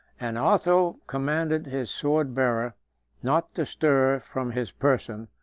and otho commanded his sword-bearer not to stir from his person,